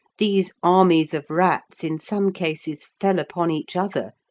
these armies of rats in some cases fell upon each other,